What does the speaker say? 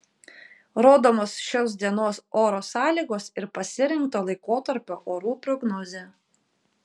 rodomos šios dienos oro sąlygos ir pasirinkto laikotarpio orų prognozė